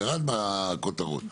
ירד מהכותרות,